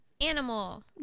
animal